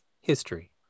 history